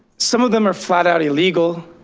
some of them are flat out illegal,